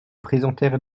présentèrent